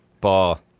ball